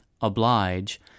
oblige